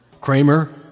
Kramer